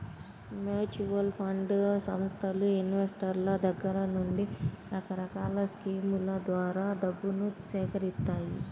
mutual fund సంస్థలు ఇన్వెస్టర్ల దగ్గర నుండి రకరకాల స్కీముల ద్వారా డబ్బును సేకరిత్తాయి